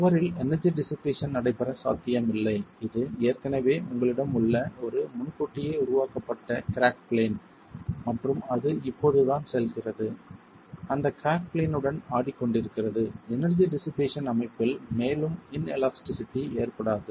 சுவரில் energy dissipation நடைபெற சாத்தியம் இல்லை இது ஏற்கனவே உங்களிடம் உள்ள ஒரு முன்கூட்டியே உருவாக்கப்பட்ட கிராக் பிளேன் மற்றும் அது இப்போதுதான் செல்கிறது அந்த கிராக் பிளேன் உடன் ஆடிக்கொண்டிருக்கிறது எனர்ஜி டிஷ்ஷிபேசன் அமைப்பில் மேலும் இன்எலாஸ்டிசிட்டி ஏற்படாது